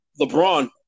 LeBron